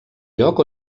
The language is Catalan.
lloc